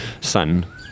son